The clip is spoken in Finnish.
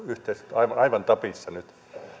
aivan aivan tapissa nyt